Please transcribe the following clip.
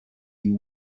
you